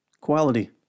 Quality